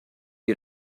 you